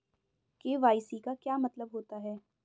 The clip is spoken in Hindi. के.वाई.सी का क्या मतलब होता है?